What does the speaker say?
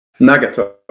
Nagato